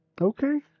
Okay